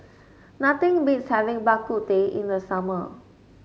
nothing beats having Bak Kut Teh in the summer